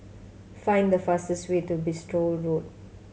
find the fastest way to Bristol Road